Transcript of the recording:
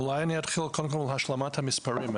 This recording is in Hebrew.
אולי אני אתחיל קודם בהשלמת המספרים.